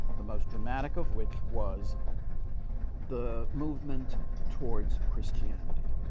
the most dramatic of which was the movement towards christianity.